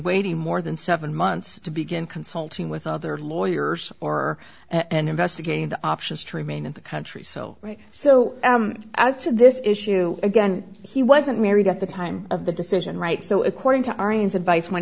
waiting more than seven months to begin consulting with other lawyers or and investigating the options to remain in the country so so as to this issue again he wasn't married at the time of the decision right so according to our ins advice